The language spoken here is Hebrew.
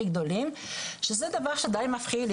שזה דבר די מפחיד,